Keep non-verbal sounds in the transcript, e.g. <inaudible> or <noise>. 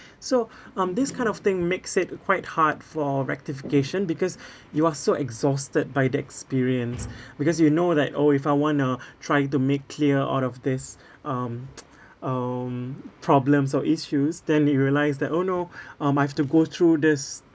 so <breath> um this kind of thing makes it quite hard for rectification because <breath> you are so exhausted by that experience <breath> because you know that oh if I want to <breath> try to make clear all of these um <noise> um problems or issues then you realise that oh no <breath> um I've to go through this